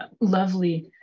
lovely